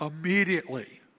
immediately